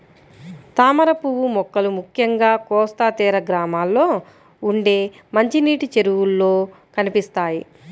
తామరపువ్వు మొక్కలు ముఖ్యంగా కోస్తా తీర గ్రామాల్లో ఉండే మంచినీటి చెరువుల్లో కనిపిస్తాయి